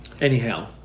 Anyhow